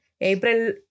April